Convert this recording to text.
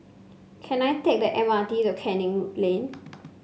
can I take the M R T to Canning Lane